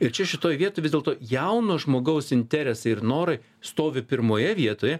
ir čia šitoj vietojvis dėlto jauno žmogaus interesai ir norai stovi pirmoje vietoje